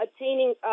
attaining